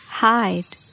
hide